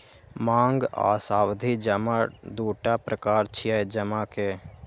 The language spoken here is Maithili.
मांग आ सावधि जमा दूटा प्रकार छियै जमा के